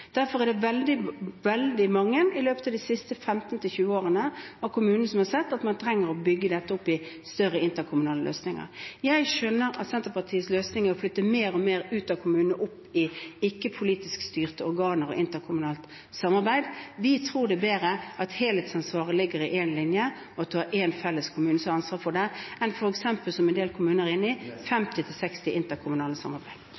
Derfor har veldig mange kommuner i løpet av de siste 15–20 årene sett at man trenger å bygge dette opp i større interkommunale løsninger. Jeg skjønner at Senterpartiets løsning er å flytte mer og mer ut av kommunene og opp i ikke-politisk styrte organer og interkommunalt samarbeid. Vi tror det er bedre at helhetsansvaret ligger i én linje, og at man har én felles kommune som har ansvar for dette, enn f.eks. – som en del kommuner er inne i – 50 til 60 interkommunale samarbeid.